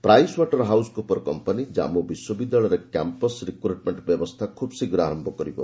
Pricewater ହାଉସ୍କୁପର company କ୍ଜାନ୍ଷୁ ବିଶ୍ୱବିଦ୍ୟାଳୟରେ campus recruitment ବ୍ୟବସ୍ଥା ଖୁବ୍ ଶୀଘ୍ର ଆରମ୍ଭ କରିବ